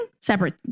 separate